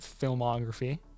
filmography